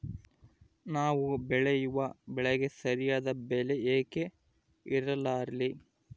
ನಾವು ಬೆಳೆಯುವ ಬೆಳೆಗೆ ಸರಿಯಾದ ಬೆಲೆ ಯಾಕೆ ಇರಲ್ಲಾರಿ?